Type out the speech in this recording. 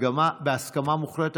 בהסכמה מוחלטת.